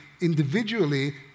individually